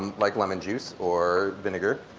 like lemon juice or vinegar.